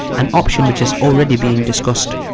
an option which is already being discussed.